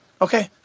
okay